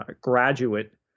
graduate